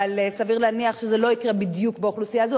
אבל סביר להניח שזה לא יקרה בדיוק באוכלוסייה הזאת,